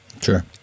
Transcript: Sure